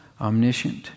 omniscient